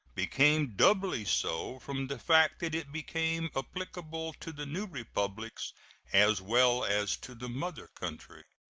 became doubly so from the fact that it became applicable to the new republics as well as to the mother country.